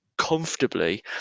comfortably